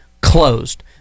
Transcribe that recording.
closed